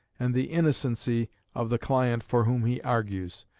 and the innocency of the client for whom he argues.